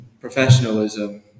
professionalism